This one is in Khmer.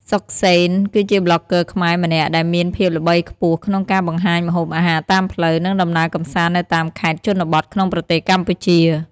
សុខសេន គឺជាប្លុកហ្គើខ្មែរម្នាក់ដែលមានភាពល្បីខ្ពស់ក្នុងការបង្ហាញម្ហូបអាហារតាមផ្លូវ និងដំណើរកម្សាន្តនៅតាមខេត្តជនបទក្នុងប្រទេសកម្ពុជា។